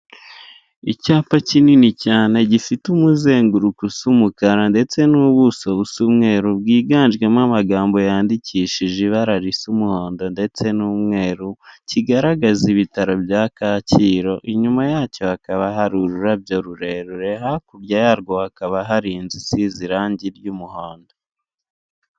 Icyapa kinini cyane gifite umuzenguruko usa umukara ndetse n'ubuso busa umweru bwiganjemo amagambo yandikishije ibara risa umuhondo ndetse n'umweru kigaragaza ibitaro bya kacyiru inyuma yacyo hakaba hari ururabyo rurerure hakurya yarwo hakaba hari inzu isize irangi ry'umuhondo .